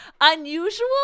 unusual